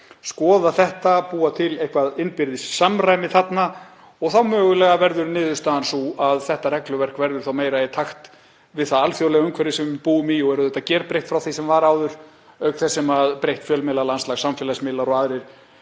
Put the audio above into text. skoða þetta, að búa til eitthvert innbyrðis samræmi þarna. Og þá mögulega verður niðurstaðan sú að þetta regluverk verði meira í takt við það alþjóðlega umhverfi sem við búum í og er auðvitað gerbreytt frá því sem var áður, auk þess sem breytt fjölmiðlalandslag, samfélagsmiðlar og aðrir